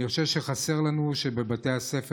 אני חושב שמה שחסר לנו הוא שבבתי הספר